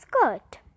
skirt